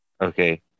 okay